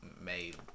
made